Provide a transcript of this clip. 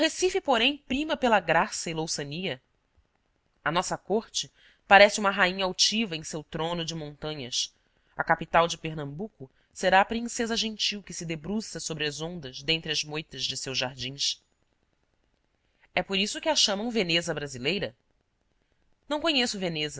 recife porém prima pela graça e louçania a nossa corte parece uma rainha altiva em seu trono de montanhas a capital de pernambuco será a princesa gentil que se debruça sobre as ondas dentre as moitas de seus jardins é por isso que a chamam veneza brasileira não conheço veneza